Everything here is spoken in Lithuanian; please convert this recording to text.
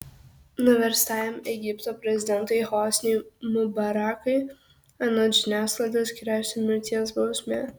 nuverstajam egipto prezidentui hosniui mubarakui anot žiniasklaidos gresia mirties bausmė